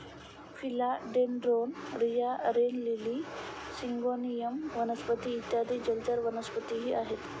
फिला dendron, रिया, rain lily, syngonium वनस्पती इत्यादी जलचर वनस्पतीही आहेत